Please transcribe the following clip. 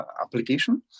application